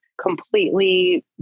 completely